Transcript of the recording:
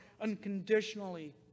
unconditionally